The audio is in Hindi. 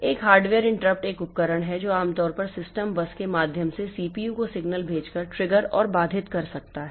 एक हार्डवेयर इंटरप्ट एक उपकरण है जो आमतौर पर सिस्टम बस के माध्यम से सीपीयू को सिग्नल भेजकर ट्रिगर और बाधित कर सकता है